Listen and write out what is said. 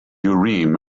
urim